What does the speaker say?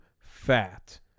Fat